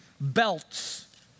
belts